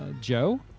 Joe